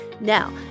Now